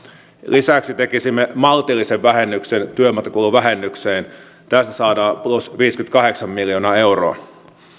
lisäksi tekisimme maltillisen vähennyksen työmatkakuluvähennykseen tästä saadaan plus viisikymmentäkahdeksan miljoonaa euroa